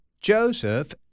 Joseph